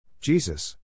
Jesus